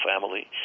family